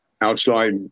outside